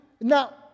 now